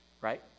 right